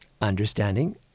Understanding